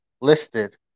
listed